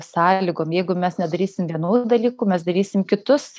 sąlygom jeigu mes nedarysim vienodų dalykų mes darysim kitus